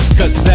cause